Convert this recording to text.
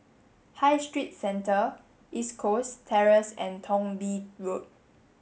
High Street Centre East Coast Terrace and Thong Bee Road